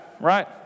right